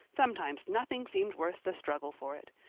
sometimes nothing seemed worth the struggle for it.